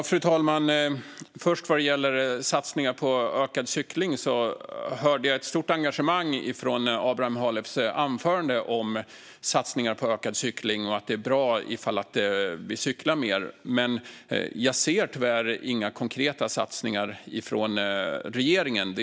Fru talman! I Abraham Halefs anförande hörde jag ett stort engagemang för satsningar på ökad cykling och att det vore bra om vi cyklar mer. Men jag ser tyvärr inga konkreta satsningar från regeringen.